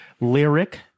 lyric